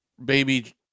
baby